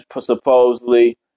supposedly